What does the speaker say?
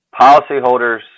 policyholders